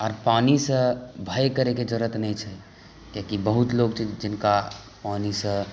आ पानिसॅं भय करयके जरूरत नहि छै किएकि बहुत लोक जिन जिनका पानिसॅं